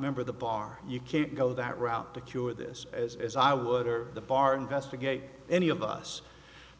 member of the bar you can't go that route to cure this as i would or the bar investigate any of us